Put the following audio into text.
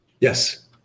Yes